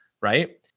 right